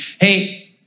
Hey